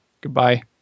Goodbye